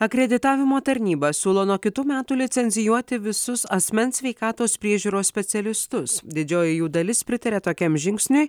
akreditavimo tarnyba siūlo nuo kitų metų licencijuoti visus asmens sveikatos priežiūros specialistus didžioji jų dalis pritaria tokiam žingsniui